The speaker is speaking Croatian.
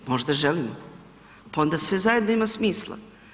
Možda želimo, pa onda sve zajedno ima smisla.